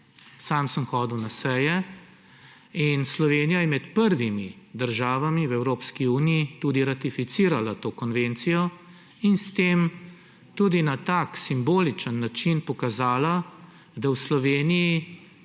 Sam sem hodil na seje in Slovenija je med prvimi državami v Evropski uniji tudi ratificirala to konvencijo in s tem tudi na tak simboličen način pokazala, da v Sloveniji